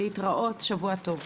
להתראות ושבוע טוב.